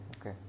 okay